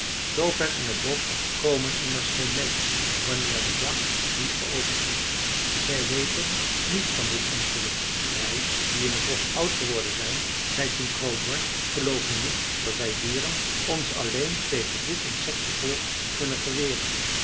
zoover in t bosch komt immers geen mensch wanneer de jacht niet geopend is zij weten niets van dit ongeluk wij die in t bosch oud geworden zijn zei toen kroonhoorn gelooven niet dat wij dieren ons alleen tegen dit insectenvolk kunnen verweren